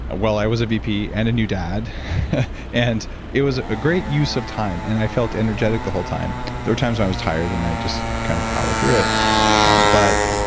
ah while i was a vp and a new dad and it was a great use of time and i felt energetic the whole time there were times when i was tired and i'd just kind of power through it but